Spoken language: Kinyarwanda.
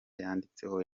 yanditseho